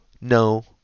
no